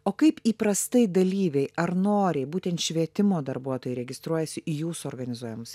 o kaip įprastai dalyviai ar noriai būtent švietimo darbuotojai registruojasi į jūsų organizuojamus